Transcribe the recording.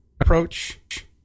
approach